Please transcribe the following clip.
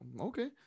Okay